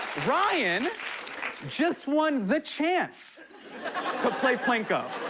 ryan just won the chance to play plinko.